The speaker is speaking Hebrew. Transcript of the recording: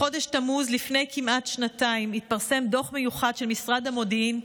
בחודש תמוז לפני כמעט שנתיים התפרסם דוח מיוחד של משרד המודיעין,